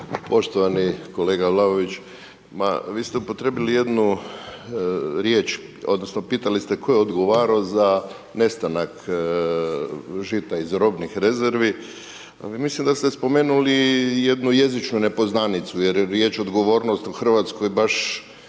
Poštovani kolega Vlaović, ma vi ste upotrijebili jednu riječ odnosno pitali ste tko je odgovarao za nestanak žita iz robnih rezervi, ali mislim da ste spomenuli jednu jezičnu nepoznanicu, jer riječ odgovornost u Hrvatskoj baš